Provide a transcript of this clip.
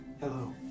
Hello